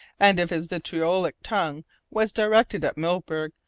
and if his vitriolic tongue was directed at milburgh,